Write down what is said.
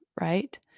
right